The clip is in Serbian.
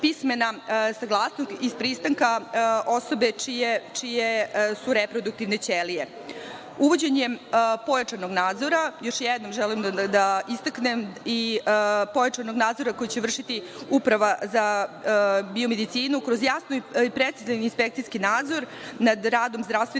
pismena saglasnost iz pristanka osobe čije su reproduktivne ćelije. Uvođenjem pojačanog nadzora, još jednom želim da istaknem, i pojačanog nadzora koji će vršiti uprava za biomedicinu kroz jasan i precizan inspekcijski nadzor nad radom zdravstvenih